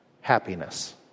happiness